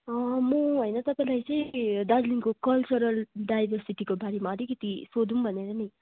म होइन तपाईँलाई चाहिँ दार्जिलिङको कल्चर डाइभर्सिटीको बारेमा अलिकति सोधौँ भनेर नि